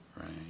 right